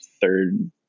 third